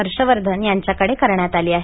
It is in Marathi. हर्षवर्धन यांच्याकडे करण्यात आली आहे